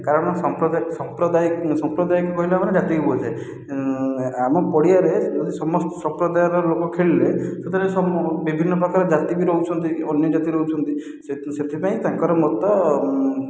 କାରଣ ସାମ୍ପ୍ରଦାୟିକ କହିଲା ମାନେ ଜାତିକୁ ବୁଝାଏ ଆମ ପଡ଼ିଆରେ ଯଦି ସମସ୍ତ ସମ୍ପ୍ରଦାୟର ଲୋକ ଖେଳିଲେ ସେଥିରେ ସବୁ ବିଭିନ୍ନ ପ୍ରକାର ଜାତି ବି ରହୁଛନ୍ତି ଅନ୍ୟ ଜାତି ରହୁଛନ୍ତି ସେଥି ସେଥିପାଇଁ ତାଙ୍କର ମତ